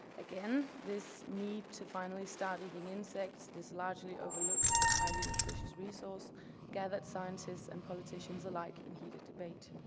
again, this need to finally start eating insects, this largely-overlooked but highly nutritious resource gathered scientists and politicians alike in heated debate.